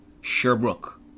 Sherbrooke